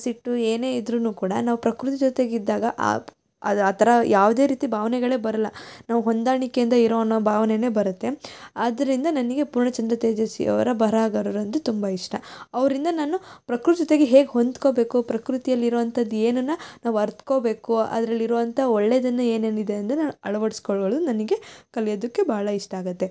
ಸಿಟ್ಟು ಏನೇ ಇದ್ರೂ ಕೂಡ ನಾವು ಪ್ರಕೃತಿ ಜೊತೆಗಿದ್ದಾಗ ಆಪ್ ಅದು ಆ ಥರ ಯಾವುದೇ ರೀತಿ ಭಾವನೆಗಳೇ ಬರೋಲ್ಲ ನಾವು ಹೊಂದಾಣಿಕೆಯಿಂದ ಇರೋ ಅನ್ನೋ ಭಾವನೆಯೇ ಬರುತ್ತೆ ಆದ್ದರಿಂದ ನನಗೆ ಪೂರ್ಣಚಂದ್ರ ತೇಜಸ್ವಿ ಅವರ ಬರಹಗಾರರು ಅಂದರೆ ತುಂಬ ಇಷ್ಟ ಅವರಿಂದ ನಾನು ಪ್ರಕೃತಿ ಜೊತೆಗೆ ಹೇಗೆ ಹೊಂದ್ಕೋಬೇಕು ಪ್ರಕೃತಿಯಲ್ಲಿ ಇರೋಂಥದ್ದು ಏನನ್ನು ನಾವು ಅರಿತ್ಕೋಬೇಕು ಅದರಲ್ಲಿರುವಂಥ ಒಳ್ಳೆಯದನ್ನ ಏನೇನಿದೆ ಅಂದು ನಾನು ಅಳವಡಿಸ್ಕೊಳ್ಳೋಳು ನನಗೆ ಕಲಿಯೋದಕ್ಕೆ ಬಹಳ ಇಷ್ಟ ಆಗುತ್ತೆ